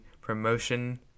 promotion